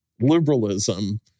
liberalism